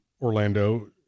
Orlando